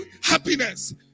happiness